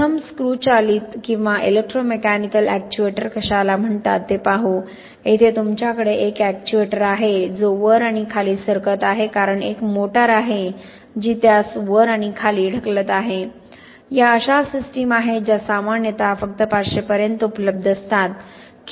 प्रथम स्क्रू चालित किंवा इलेक्ट्रोमेकॅनिकल एक्च्युएटर कशाला म्हणतात ते पाहू येथे तुमच्याकडे एक एक्च्युएटर आहे जो वर आणि खाली सरकत आहे कारण एक मोटर आहे जी त्यास वर आणि खाली ढकलत आहे या अशा सिस्टम आहेत ज्या सामान्यतः फक्त 500 पर्यंत उपलब्ध असतात